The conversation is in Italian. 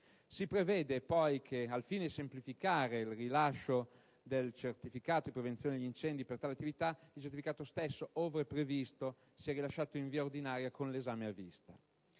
Si prevede, poi, che al fine di semplificare il rilascio del certificato di prevenzione degli incendi per tali attività, il certificato stesso, ove previsto, sia rilasciato in via ordinaria con l'esame a vista.